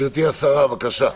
גברתי השרה, בבקשה,